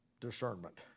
discernment